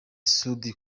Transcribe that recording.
soude